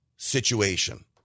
Situation